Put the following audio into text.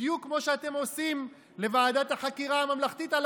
בדיוק כמו שאתם עושים לוועדת החקירה הממלכתית על